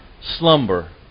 slumber